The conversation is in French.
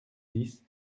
dix